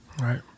Right